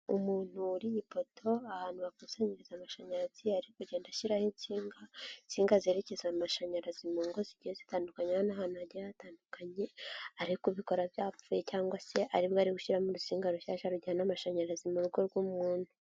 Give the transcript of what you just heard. Umuntu wuriye ipoto, ahantu bakusanyiriza amashanyarazi, ari kugenda ashyiraho insinga, insinga zerekeza amashanyarazi mu ngo zigiye zitandukanye n'ahantu hagiye hatandukanye, ari kubikora byapfuye cyangwa se arimo ari gushyiramo urusinga rushyashya rujyana amashanyarazi mu rugo rw'umuntu.